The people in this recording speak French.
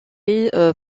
est